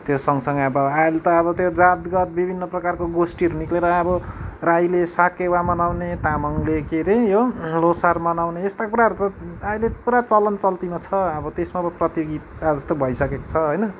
त्यो सँगसँगै अब अहिले त अब त्यो जातगत विभिन्न प्रकारको गोष्ठीहरू निस्केर अब राईले साकेवा मनाउने तामाङले के अरे यो ल्होसार मनाउने यस्तो कुराहरू त अहिले पुरा चलन चल्तीमा छ अब त्यसमा पो प्रतियोगिता जस्तो भइसकेको छ होइन